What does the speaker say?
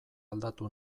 aldatu